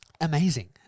amazing